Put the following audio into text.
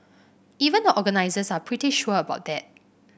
even the organisers are pretty sure about that